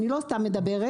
אני לא סתם מדברת,